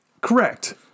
Correct